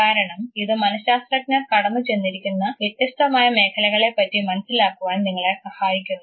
കാരണം ഇത് മനശാസ്ത്രജ്ഞർ കടന്നു ചെന്നിരിക്കുന്ന വ്യത്യസ്തമായ മേഖലകളെ പറ്റി മനസ്സിലാക്കുവാൻ നിങ്ങളെ സഹായിക്കുന്നു